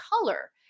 color